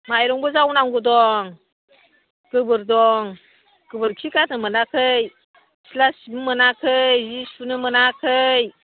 माइरंबो जावनांगौ दं गोबोर दं गोबोरखि गारनो मोनाखै सिथ्ला सिबनो मोनाखै जि सुनो मोनाखै